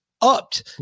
upped